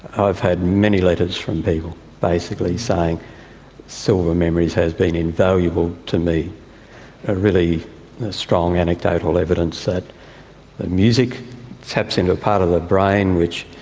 i've had many letters from people basically saying silver memories has been invaluable to me, a really strong anecdotal evidence that the music taps into the part of the brain which